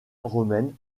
romaine